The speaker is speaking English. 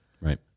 Right